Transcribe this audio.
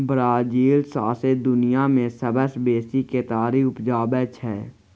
Brazil सौंसे दुनियाँ मे सबसँ बेसी केतारी उपजाबै छै